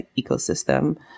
ecosystem